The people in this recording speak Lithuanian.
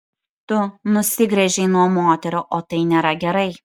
tu nusigręžei nuo moterų o tai nėra gerai